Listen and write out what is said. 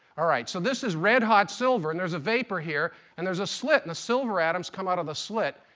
all right. so this is red hot silver and there's a vapor here and there's a slit and the silver atoms come out of the slit.